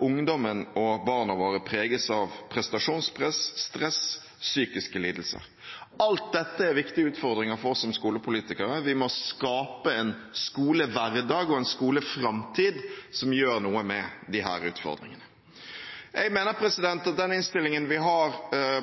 ungdommen og barna våre preges av prestasjonspress, stress og psykiske lidelser. Alt dette er viktige utfordringer for oss som skolepolitikere. Vi må skape en skolehverdag og en skoleframtid som gjør noe med disse utfordringene. Jeg mener at den innstillingen vi har